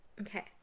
Okay